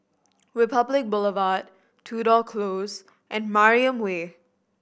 Republic Boulevard Tudor Close and Mariam Way